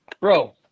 Bro